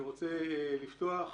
אני רוצה לפתוח